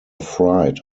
fried